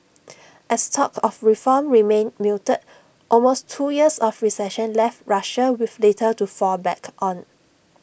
as talk of reform remained muted almost two years of recession left Russia with little to fall back on